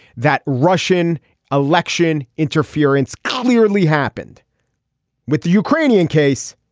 that russian election interference clearly happened with the ukrainian case.